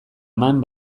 eman